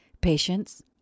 patience